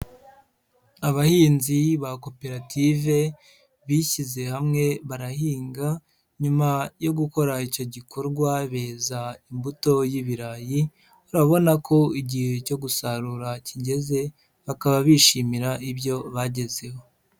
Abahinzi ba koperative bishyize hamwe barahinga, nyuma yo gukora icyo gikorwa beza imbuto y'ibirayi, urabona ko igihe cyo gusarura kigeze, bakaba bishimira ibyo bagezeho.